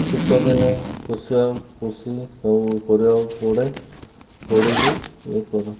ଶୀତଦିନେ ପୋଷା ପୋଷି ସବୁ କରିବାକୁ ପଡ଼େ ପଡ଼ିକି ୟେ କରେ